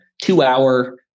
two-hour